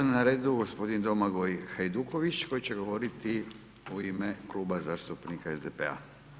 Sada je na redu g. Domagoj Hajduković koji će govoriti u ime Kluba zastupnika SDP-a.